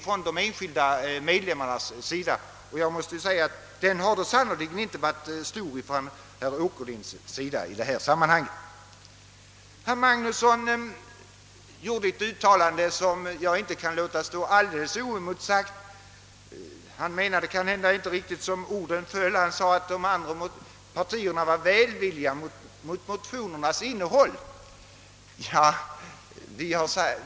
Den har sannerligen inte varit stor hos herr Åkerlind i detta sammanhang. Herr Magnusson i Tumhult gjorde ett uttalande som jag inte kan låta stå alldeles oemotsagt. Kanske menade han inte riktigt vad han sade när han yttrade, att de andra partierna var välvilligt inställda till motionernas innehåll.